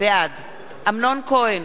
בעד אמנון כהן,